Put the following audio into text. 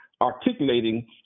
articulating